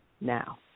now